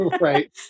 Right